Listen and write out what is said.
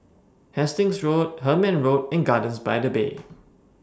Hastings Road Hemmant Road and Gardens By The Bay